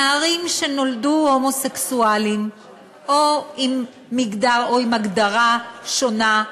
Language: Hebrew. נערים שנולדו הומוסקסואלים או עם מגדר או עם הגדרה שונה,